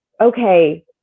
okay